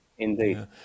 Indeed